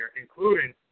including